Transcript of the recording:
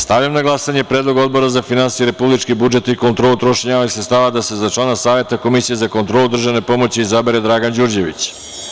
Stavljam na glasanje Predlog Odbora za finansije, republički budžet i kontrolu trošenja javnih sredstava da se za člana Saveta Komisije za kontrolu državne pomoći izabere Dragan Đurđević.